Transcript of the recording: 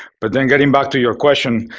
but then getting back to your question,